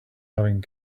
having